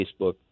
Facebook